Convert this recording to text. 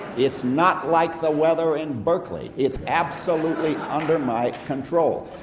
it's not like the weather in berkeley, it's absolutely under my control.